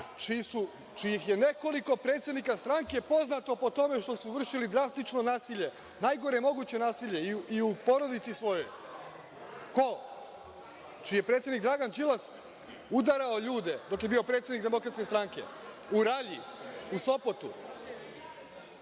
čijih je nekoliko predsednika stranke poznato po tome što su vršili drastično nasilje, najgore moguće nasilje i u porodici svojoj, čiji je predstavnik Dragan Đilas udarao ljude dok je bio predsednik DS, u Ralji, u Sopotu,